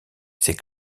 ses